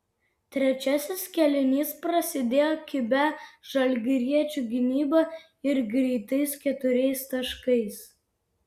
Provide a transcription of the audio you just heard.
trečiasis kėlinys prasidėjo kibia žalgiriečių gynyba ir greitais keturiais taškais